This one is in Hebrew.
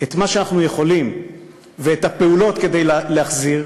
את מה שאנחנו יכולים ואת הפעולות כדי להחזיר,